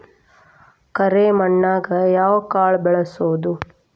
ಕರೆ ಮಣ್ಣನ್ಯಾಗ್ ಯಾವ ಕಾಳ ಬೆಳ್ಸಬೋದು?